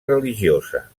religiosa